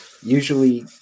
usually